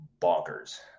bonkers